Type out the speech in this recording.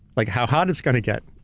like, how hot it's gonna get?